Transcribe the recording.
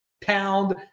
Pound